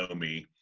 ah me